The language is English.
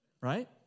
Right